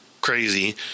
crazy